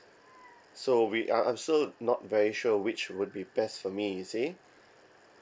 so we are also not very sure which would be best for me you see